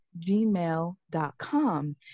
gmail.com